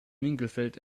winkelfeld